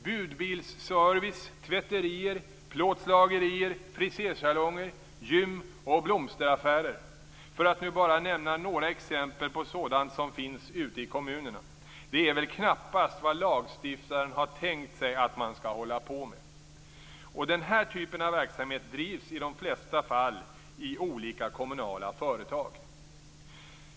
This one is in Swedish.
Budbilsservice, tvätterier, plåtslagerier, frisersalonger, gym och blomsteraffärer är bara några exempel på sådant som finns ute i kommunerna. Det är väl knappast vad lagstiftaren har tänkt sig att man skall hålla på med. Och den här typen av verksamhet drivs i de flesta fall i olika kommunala företag.